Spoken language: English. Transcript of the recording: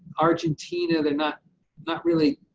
argentina, they're not not really,